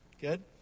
Good